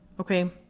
Okay